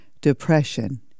depression